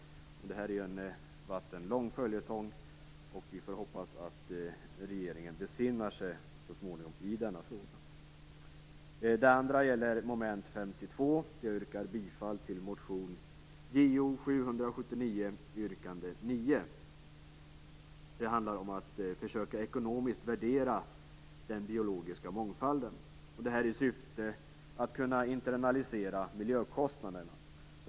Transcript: Detta har varit en lång följetong. Vi får hoppas att regeringen besinnar sig så småningom i denna fråga. Det andra yrkandet gäller mom. 52. Jag yrkar bifall till motion Jo779 yrkande 9. Det handlar om att försöka ekonomiskt värdera den biologiska mångfalden i syfte att kunna internalisera miljökostnaderna.